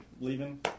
leaving